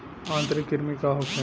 आंतरिक कृमि का होखे?